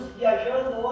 viajando